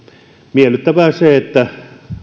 miellyttävää on se että